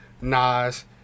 Nas